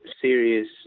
serious